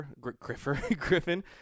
Griffin